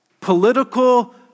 Political